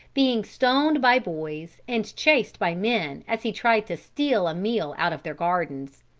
being stoned by boys and chased by men as he tried to steal a meal out of their gardens.